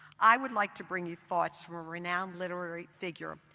i would like to bring you thoughts from a renowned literary figure,